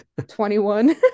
21